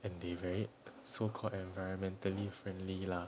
and they very so called environmentally friendly lah